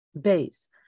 base